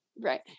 Right